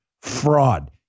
fraud